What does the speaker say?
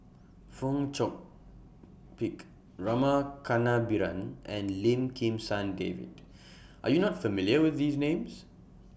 Fong Chong Pik Rama Kannabiran and Lim Kim San David Are YOU not familiar with These Names